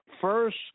First